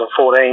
2014